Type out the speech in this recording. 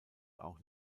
auch